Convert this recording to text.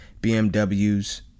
BMWs